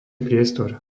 priestor